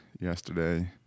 yesterday